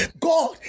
God